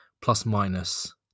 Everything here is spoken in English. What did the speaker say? plus-minus